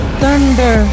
thunder